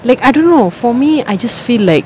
like I don't know for me I just feel like